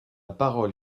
parole